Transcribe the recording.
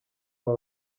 aba